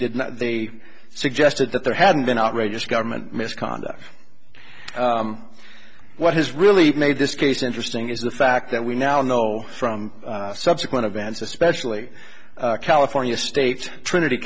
not they suggested that there had been outrageous government misconduct what has really made this case interesting is the fact that we now know from subsequent events especially california state trinity